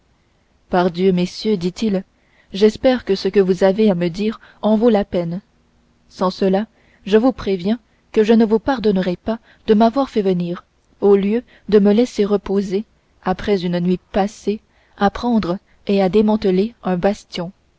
pardieu messieurs dit-il j'espère que ce que vous avez à me dire en vaut la peine sans cela je vous préviens que je ne vous pardonnerai pas de m'avoir fait venir au lieu de me laisser reposer après une nuit passée à prendre et à démanteler un bastion